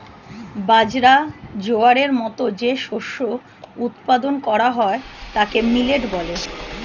বাজরা, জোয়ারের মতো যে শস্য উৎপাদন করা হয় তাকে মিলেট বলে